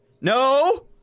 No